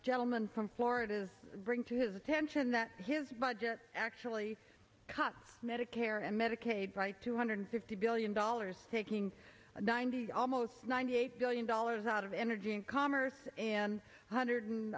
gentleman from florida to bring to his attention that his budget actually cuts medicare and medicaid by two hundred fifty billion dollars taking a ninety almost ninety eight billion dollars out of energy and commerce and hundred and